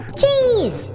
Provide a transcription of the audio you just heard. cheese